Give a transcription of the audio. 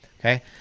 Okay